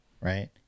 right